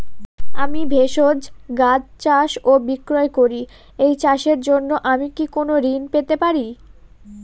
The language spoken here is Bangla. আমি ভেষজ গাছ চাষ ও বিক্রয় করি এই চাষের জন্য আমি কি কোন ঋণ পেতে পারি?